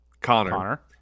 Connor